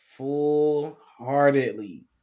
Full-heartedly